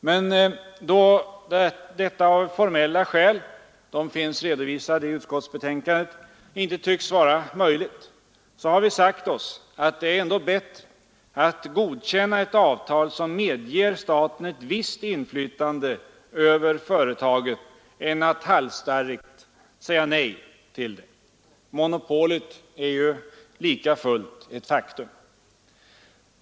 Men då detta av formella skäl, som finns redovisade i utskottsbetänkandet, inte tycks vara möjligt har vi sagt oss att det ändå är bättre att godkänna ett avtal som medger staten ett visst inflytande över företaget än att halsstarrigt säga nej till det. Monopolet är likafullt ett faktum.